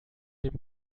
dem